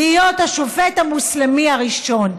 להיות השופט המוסלמי הראשון.